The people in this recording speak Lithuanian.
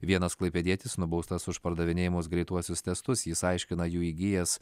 vienas klaipėdietis nubaustas už pardavinėjamus greituosius testus jis aiškina jų įgijęs